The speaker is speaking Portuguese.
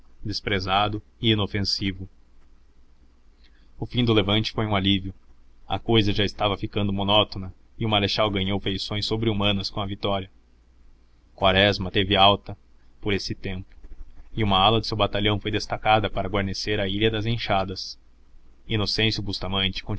desprezado e inofensivo o fim do levante foi um alívio a cousa já estava ficando monótona e o marechal ganhou feições sobre humanas com a vitória quaresma teve alta por esse tempo e uma ala de seu batalhão foi destacada para guarnecer a ilha das enxadas inocêncio bustamente